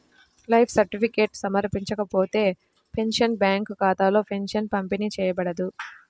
life certificate సమర్పించకపోతే, pensioner bank ఖాతాలో pension పంపిణీ చేయబడదు